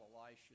Elisha